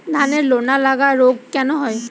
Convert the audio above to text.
ধানের লোনা লাগা রোগ কেন হয়?